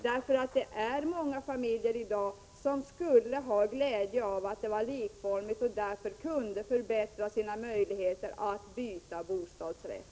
Det är i dag många familjer som skulle ha glädje av att förhållandena vore likformiga; det skulle förbättra deras möjligheter att byta bostadsrätt.